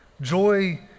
Joy